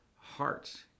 heart